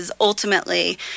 ultimately